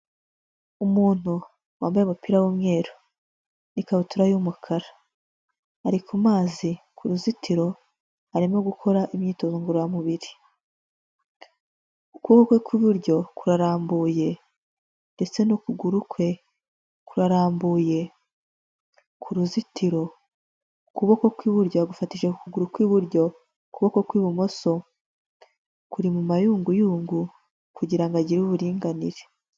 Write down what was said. Umuntu wambaye umupira w'umweru n'ikabutura y'umukara. Ari ku mazi ku ruzitiro arimo gukora imyitozo ngororamubiri. Ukuboko kwe kw'iburyo kurarambuye ndetse n'ukuguru kwe kurarambuye ku ruzitiro, ukuboko kw'iburyo yagufashije ku kuguru kw'iburyo, ukuboko kw'ibumoso kuri mu mayunguyungu kugira ngo agire uburinganire.